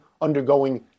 undergoing